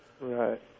right